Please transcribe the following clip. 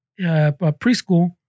preschool